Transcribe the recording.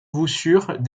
voussures